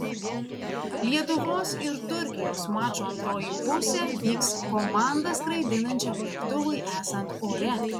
lietuvos ir turkijos mačo antroji pusė vyks komandą skraidinančiam lėktuvui esant ore